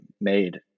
made